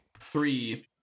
three